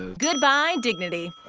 goodbye, dignity